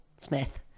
Smith